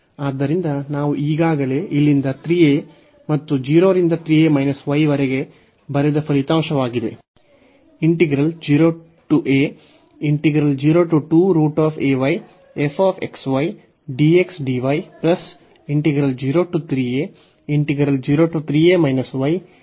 ಆದ್ದರಿಂದ ನಾವು ಈಗಾಗಲೇ ಇಲ್ಲಿಂದ 3a ಮತ್ತು 0 ರಿಂದ 3 a y ವರೆಗೆ ಬರೆದ ಫಲಿತಾಂಶವಾಗಿದೆ